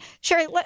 Sherry